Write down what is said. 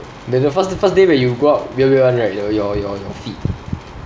the first first day when you go out weird weird [one] right your your your your feet